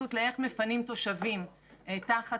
ההתייחסות איך מפנים תושבים תחת